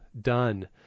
done